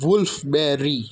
wolf berry